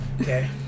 Okay